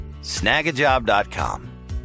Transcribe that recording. snagajob.com